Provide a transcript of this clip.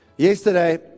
Yesterday